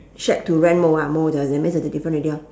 shack to rent mou ah mou the that means there's the difference already orh